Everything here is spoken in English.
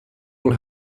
will